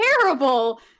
terrible